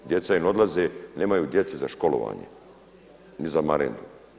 Djeca im odlaze, nemaju djeci na školovanje ni za marendu.